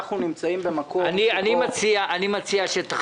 אנחנו נמצאים במקום שבו --- אני מציע שתחזור